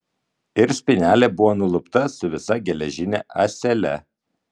ir spynelė buvo nulupta su visa geležine ąsele